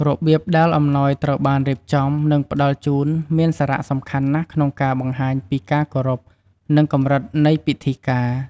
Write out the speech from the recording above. របៀបដែលអំណោយត្រូវបានរៀបចំ និងផ្តល់ជូន មានសារៈសំខាន់ណាស់ក្នុងការបង្ហាញពីការគោរព និងកម្រិតនៃពិធីការ។